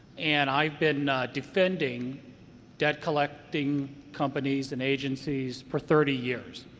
and i have been defending debt collecting companies and agencies for thirty years